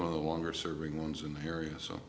one of the longer serving ones in the area so